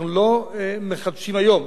אנחנו לא מחדשים היום.